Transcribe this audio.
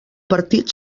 partit